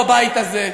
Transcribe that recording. בבית הזה,